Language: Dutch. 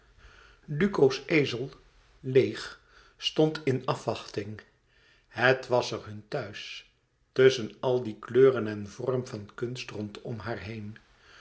vertrek duco's ezel leêg stond in afwachting het was er hun thuis tusschen al die kleur en vorm van kunst rondom